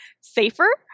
safer